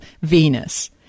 Venus